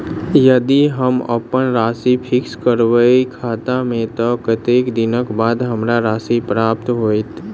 यदि हम अप्पन राशि फिक्स करबै खाता मे तऽ कत्तेक दिनक बाद हमरा राशि प्राप्त होइत?